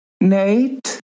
Nate